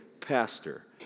pastor